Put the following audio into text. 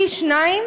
פי-שניים